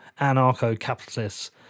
anarcho-capitalists